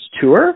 tour